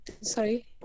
sorry